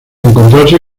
encontrarse